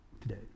Today